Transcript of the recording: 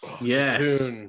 Yes